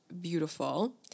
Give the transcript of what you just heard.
beautiful